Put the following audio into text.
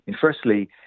Firstly